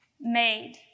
Made